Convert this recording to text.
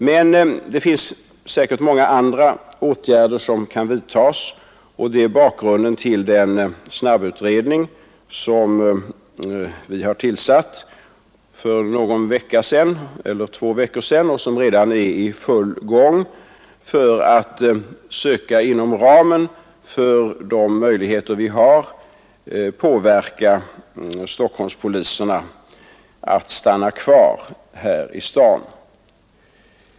Men det finns säkert många andra åtgärder som kan vidtas, och det är bakgrunden till den snabbutredning som vi har tillsatt för två veckor sedan och som redan är i fullt arbete för att inom ramen för de möjligheter som finns söka påverka Stockholmspoliserna att stanna kvar här i staden.